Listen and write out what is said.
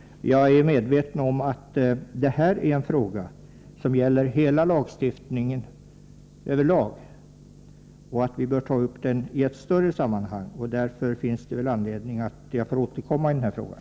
Jag är medveten om att den här frågan gäller lagstiftningen i stort och att den bör tas upp i ett större sammanhang. Det finns därför anledning för mig att återkomma i frågan.